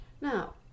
Now